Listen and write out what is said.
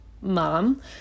mom